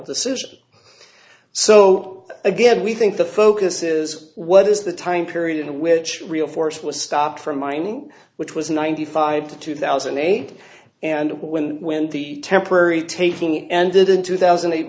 decision so again we think the focus is what is the time period in which real force was stopped from mining which was ninety five to two thousand and eight and when when the temporary taking ended in two thousand